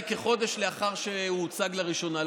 כחודש לאחר שהוא הוצג לראשונה לכנסת.